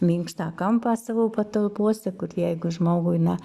minkštą kampą savo patalpose kur jeigu žmogui na